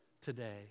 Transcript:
today